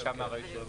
כפי שאמר היושב-ראש.